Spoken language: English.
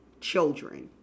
children